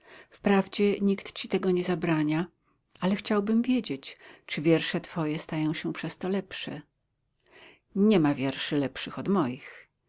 wprawdzie nikt ci tego nie zabrania ale chciałbym wiedzieć czy wiersze twoje stają się przez to lepsze nie ma wierszy lepszych od moich